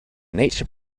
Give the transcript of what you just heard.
nature